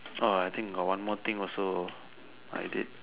oh I think got one more thing also I did